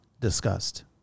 discussed